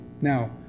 now